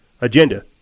agenda